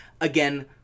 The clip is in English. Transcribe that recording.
again